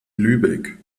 lübeck